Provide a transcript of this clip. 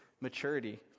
maturity